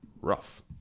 Rough